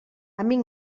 amic